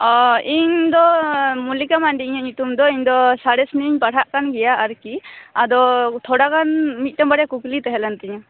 ᱚᱻ ᱤᱧᱫᱚ ᱢᱚᱞᱞᱤᱠᱟ ᱢᱟᱱᱰᱤ ᱤᱧᱟᱹᱜ ᱧᱩᱛᱩᱢ ᱫᱚ ᱥᱟᱬᱮᱥ ᱱᱤᱭᱮᱧ ᱯᱟᱲᱦᱟᱜ ᱡᱟᱱ ᱜᱮᱭᱟ ᱟᱨᱠᱤ ᱟᱫᱚ ᱛᱷᱚᱲᱟ ᱜᱟᱱ ᱢᱤᱫᱴᱟᱝ ᱵᱟᱨᱭᱟ ᱠᱩᱠᱞᱤ ᱛᱟᱦᱮᱸ ᱞᱮᱱ ᱛᱤᱧᱟᱹ